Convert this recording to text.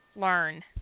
Learn